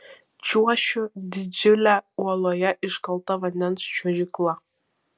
čiuošiu didžiule uoloje iškalta vandens čiuožykla